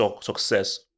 success